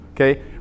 Okay